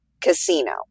casino